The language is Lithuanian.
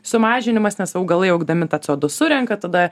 sumažinimas nes augalai augdami tą c o du surenka tada